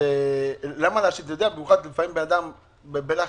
לפעמים אדם בלחץ,